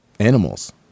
Animals